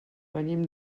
venim